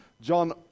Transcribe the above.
John